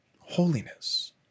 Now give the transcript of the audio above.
holiness